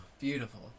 Beautiful